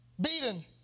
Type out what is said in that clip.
beaten